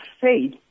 faith